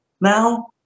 Now